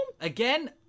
Again